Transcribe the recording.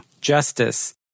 justice